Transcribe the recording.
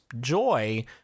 joy